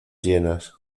llenas